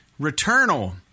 Returnal